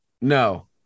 No